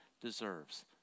deserves